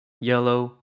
yellow